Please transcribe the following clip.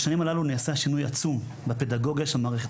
בשנים הללו נעשה שינוי עצום בפדגוגיה של מערכת